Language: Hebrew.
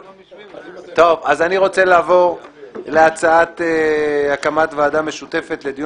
אני רוצה לעבור להצעת הקמת ועדה משותפת לדיון